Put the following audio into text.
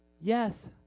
Yes